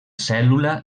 cèl·lula